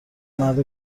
مرد